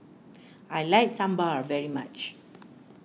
I like Sambar very much